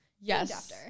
Yes